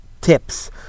tips